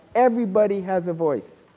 everybody has a voice.